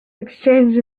exchanged